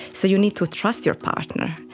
so you need to trust your partner.